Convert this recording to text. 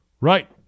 Right